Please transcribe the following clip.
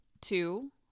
Two